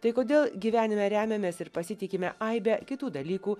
tai kodėl gyvenime remiamės ir pasitikime aibe kitų dalykų